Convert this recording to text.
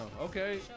okay